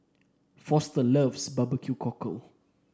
Foster loves B B Q Cockle